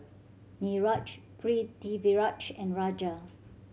Niraj Pritiviraj and Raja